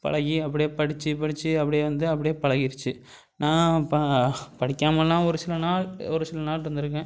பழகி அப்படியே படிச்சு படிச்சு அப்படியே வந்து அப்படியே பழகிருச்சி நான் ப படிக்காமெலாம் ஒரு சில நாள் ஒரு சில நாள் இருந்துருக்கேன்